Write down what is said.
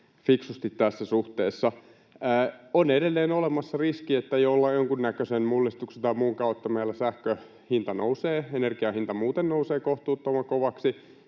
fiksusti tässä suhteessa. On edelleen olemassa riski, että jonkunnäköisen mullistuksen tai muun kautta meillä sähkön hinta nousee, energian hinta muuten nousee kohtuuttoman kovaksi.